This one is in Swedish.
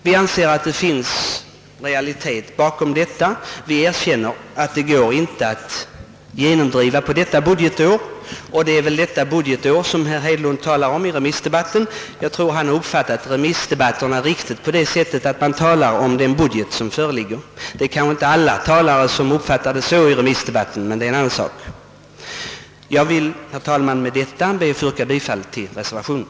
Vi anser att detta program är realistiskt. Vi erkänner dock att det inte går att genomföra under detta budgetår. Det är ju detta budgetår som herr Hedlund talat om i remissdebatten, och jag anser att han har uppfattat tanken med remissdebatterna rätt på det sättet att man där bör tala om den budget som föreligger. Det är inte alla talare som har uppfattat remissdebatterna på det sättet — men det är en annan sak. Jag vill, herr talman, med detta yrka bifall till reservationen.